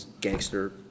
gangster